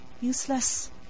Useless